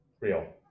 Real